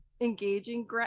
engaging